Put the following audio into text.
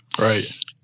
Right